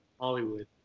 Hollywood